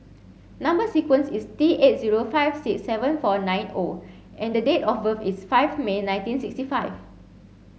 number sequence is T eight zero five six seven four nine O and the date of birth is five May nineteen sixty five